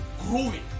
growing